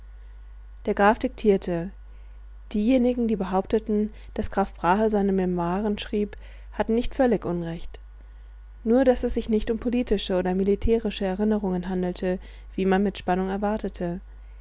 der graf diktierte diejenigen die behaupteten daß graf brahe seine memoiren schriebe hatten nicht völlig unrecht nur daß es sich nicht um politische oder militärische erinnerungen handelte wie man mit spannung erwartete